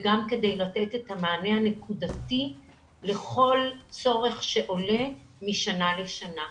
וגם כדי לתת את המענה הנקודתי לכל צורך שעולה משנה לשנה.